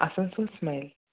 Asansol smile